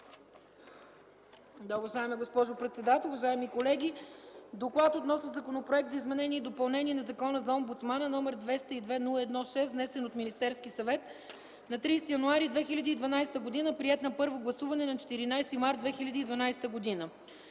Уважаема госпожо председател, уважаеми колеги! Доклад относно Законопроект за изменение и допълнение на Закона за омбудсмана, № 202-01-6, внесен от Министерския съвет на 30 януари 2012 г., приет на първо гласуване на 14 март 2012 г.